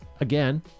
again